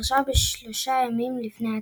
שפרשה שלושה ימים לפני ההצבעה.